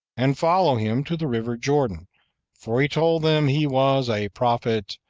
and follow him to the river jordan for he told them he was a prophet,